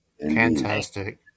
fantastic